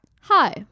Hi